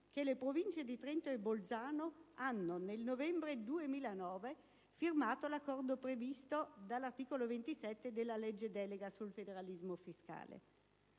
che le province di Trento e Bolzano hanno nel novembre 2009 firmato l'accordo previsto nell'articolo 27 della legge delega sul federalismo fiscale.